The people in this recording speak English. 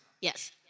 Yes